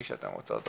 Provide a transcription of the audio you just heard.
מי שאתן רוצות,